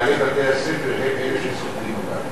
מנהלי בתי-הספר הם אלה ששוכרים אותם.